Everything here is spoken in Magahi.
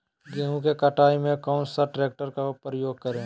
गेंहू की कटाई में कौन सा ट्रैक्टर का प्रयोग करें?